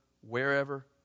wherever